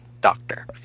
Doctor